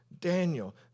Daniel